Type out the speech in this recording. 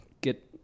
get